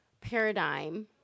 paradigm